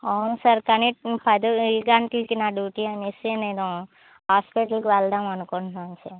అవును సార్ కానీ పది గంటలకి నా డ్యూటి అనేసి నేను హాస్పిటల్ వెళ్దాము అనుకుంటున్నాను సార్